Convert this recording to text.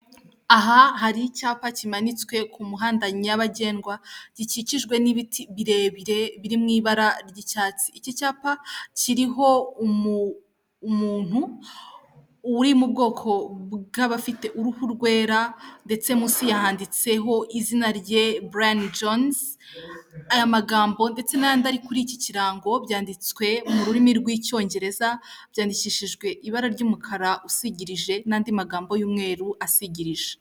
Aha hari icyapa kimanitswe ku muhanda nyabagendwa, gikikijwe n'ibiti birebire biri mu ibara ry'icyatsi. Iki cyapa kiriho umuntu uri mu bwoko bw'abafite uruhu rwera, ndetse munsi yanditseho izina rye Bulani Jonizi, aya magambo ndetse n'andi ari kuri iki kirango byanditswe mu rurimi rw'Icyongereza, byandikishijwe ibara ry'umukara usigirije, n'andi magambo y'umweru asigirije.